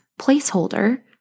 placeholder